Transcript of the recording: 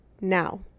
now